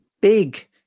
big